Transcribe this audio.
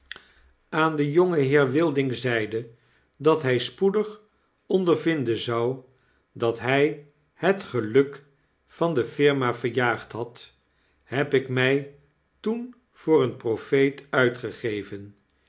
aan den jongenheer wilding zeide dat hg spoedig ondervinden zou dat hy het geluk van de firma verjaagd had heb ik mij toen voor een profeet uitgegeven